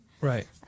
Right